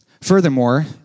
Furthermore